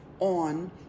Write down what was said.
on